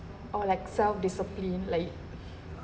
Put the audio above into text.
or like self discipline like